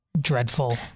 dreadful